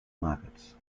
markets